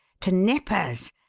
to nippers!